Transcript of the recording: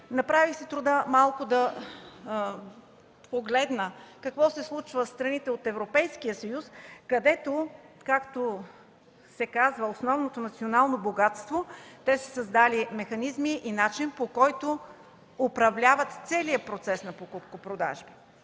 Направих си труда малко да погледна какво се случва в страните от Европейския съюз, където, както се казва, за основното национално богатство, те са създали механизми и начин, по който да управляват целия процес на покупко-продажба: